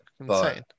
insane